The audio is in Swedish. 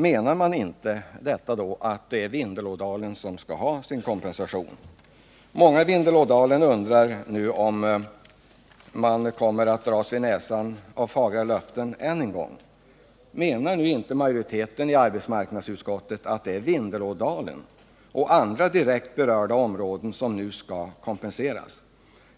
Menar man inte detta — att Vindelådalen skall ha sin kompensation? Många i Vindelådalen undrar om man kommer att dras vid näsan av fagra löften än en gång. Menar inte majoriteten att det är Vindelådalen och andra direkt berörda områden som nu skall kompenseras?